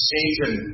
Satan